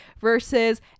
versus